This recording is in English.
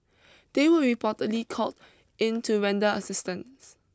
they were reportedly called in to render assistance